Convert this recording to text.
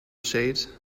shade